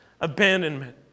abandonment